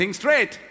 straight।